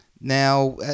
Now